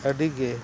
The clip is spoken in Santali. ᱟᱹᱰᱤᱜᱮ